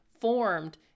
formed